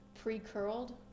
pre-curled